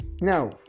Now